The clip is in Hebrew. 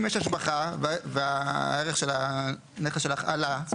אם יש השבחה והערך של הנכס שלך עלה אז